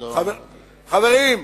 חברים,